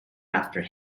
after